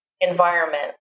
environment